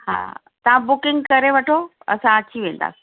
हा तव्हां बुकिंग करे वठो असां अची वेंदासि